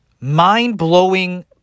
mind-blowing